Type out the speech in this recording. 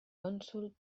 cònsol